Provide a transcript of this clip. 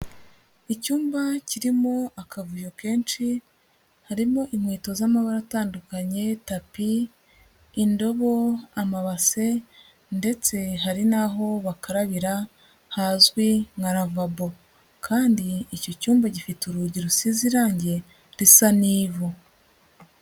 Icyumba kirimo akavuyo kenshi, harimo inkweto z'amabara atandukanye, tapi, indobo, amabase ndetse hari n'aho bakarabira hazwi nka lavabo kandi icyo cyumba gifite urugi rusize irangi risa n'ivu.